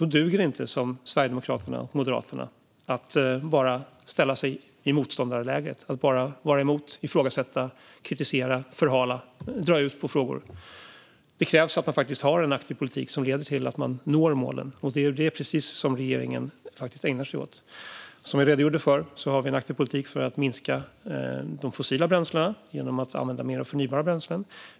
Då duger det inte att som Sverigedemokraterna och Moderaterna bara ställa sig i motståndarlägret, vara emot, ifrågasätta, kritisera, förhala och dra ut på frågor. Det krävs att man faktiskt har en aktiv politik som leder till att man når målen, och det är precis det som regeringen ägnar sig åt. Som jag redogjorde för har vi en aktiv politik för att minska de fossila bränslena genom att använda mer av förnybara bränslen.